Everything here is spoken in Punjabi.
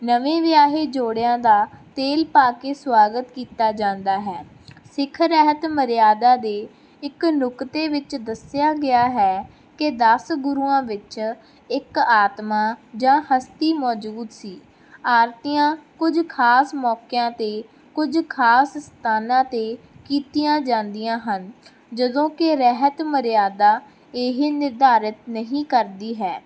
ਨਵੇਂ ਵਿਆਹੇ ਜੋੜਿਆਂ ਦਾ ਤੇਲ ਪਾ ਕੇ ਸਵਾਗਤ ਕੀਤਾ ਜਾਂਦਾ ਹੈ ਸਿੱਖ ਰਹਿਤ ਮਰਿਆਦਾ ਦੇ ਇੱਕ ਨੁਕਤੇ ਵਿੱਚ ਦੱਸਿਆ ਗਿਆ ਹੈ ਕਿ ਦਸ ਗੁਰੂਆਂ ਵਿੱਚ ਇੱਕ ਆਤਮਾ ਜਾਂ ਹਸਤੀ ਮੂਜੌਦ ਸੀ ਆਰਤੀਆਂ ਕੁਝ ਖਾਸ ਮੌਕਿਆਂ ਤੇ ਕੁਝ ਖ਼ਾਸ ਸਥਾਨਾਂ 'ਤੇ ਕੀਤੀਆਂ ਜਾਂਦੀਆਂ ਹਨ ਜਦੋਂ ਕਿ ਰਹਿਤ ਮਰਿਆਦਾ ਇਹ ਨਿਰਧਾਰਤ ਨਹੀਂ ਕਰਦੀ ਹੈ